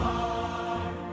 um